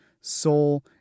soul